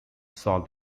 solve